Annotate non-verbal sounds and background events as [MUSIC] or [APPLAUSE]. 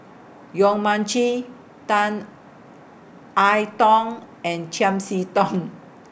Yong Mun Chee Tan I Tong and Chiam See Tong [NOISE]